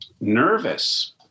Nervous